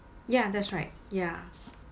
ya that's right ya